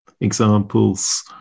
examples